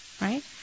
right